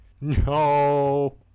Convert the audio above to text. No